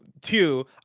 Two